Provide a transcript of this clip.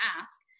ask